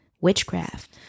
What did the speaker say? witchcraft